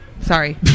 Sorry